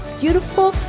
beautiful